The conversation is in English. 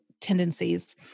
tendencies